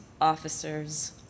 officers